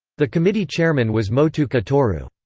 the committee chairman was motooka toru.